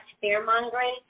fear-mongering